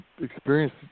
experience